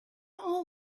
all